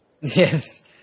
Yes